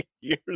years